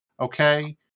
Okay